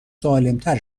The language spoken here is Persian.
سالمتر